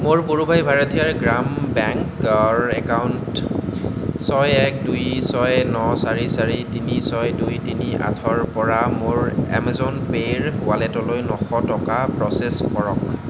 মোৰ পুড়ুভাই ভাৰাঠিয়াৰ গ্ৰাম বেংক ৰ একাউণ্ট ছয় এক দুই ছয় ন চাৰি চাৰি তিনি ছয় দুই তিনি আঠৰ পৰা মোৰ এমেজন পে'ৰ ৱালেটলৈ নশ টকা প্ৰ'চেছ কৰক